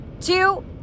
two